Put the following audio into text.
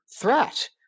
threat